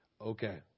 okay